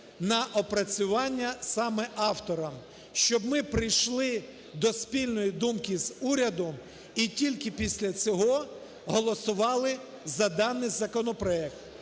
на опрацювання саме авторам, щоб ми прийшли до спільної думки з урядом і тільки після цього голосували за даний законопроект.